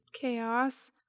Chaos